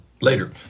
later